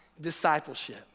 Discipleship